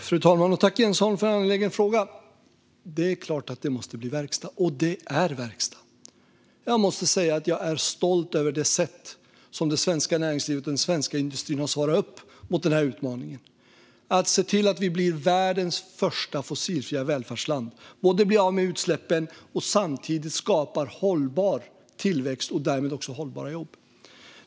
Fru talman! Jag tackar Jens Holm för en angelägen fråga. Det är klart att det måste bli verkstad, och det är verkstad. Jag måste säga att jag är stolt över det sätt som det svenska näringslivet och den svenska industrin har svarat upp mot denna utmaning på, att se till att vi blir världens första fossilfria välfärdsland och blir av med utsläppen och samtidigt skapar hållbar tillväxt och därmed också hållbara jobb.